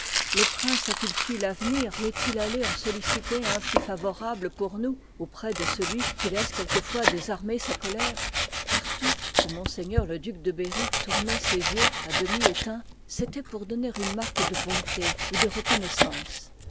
le prince a-t-il fui l'avenir ou est-il allé iiv h en solliciter un plus favorable pour nous auprès de celui qui laisse quelquefois désarmer sa colère jfor ii mift iîm partout où ms le duc de berry tournoit ses yeux à demi éteints c et oit pour donner une marque de bonté ou de reconnoissance